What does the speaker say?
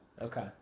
Okay